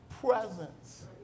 presence